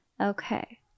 Okay